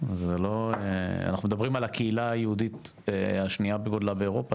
אנחנו מדברים על הקהילה היהודית השנייה בגודלה באירופה,